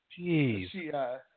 Jeez